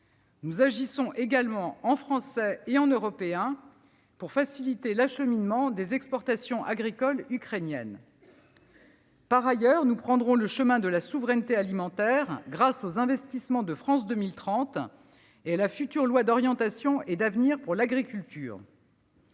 Nous agissons également en Français et en Européens pour faciliter l'acheminement des exportations agricoles ukrainiennes. Par ailleurs, nous prendrons le chemin de la souveraineté alimentaire grâce aux investissements de France 2030 et à la future loi d'orientation et d'avenir pour l'agriculture.